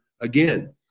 again